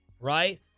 right